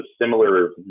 similar